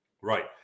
Right